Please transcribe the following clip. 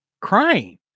crying